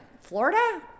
Florida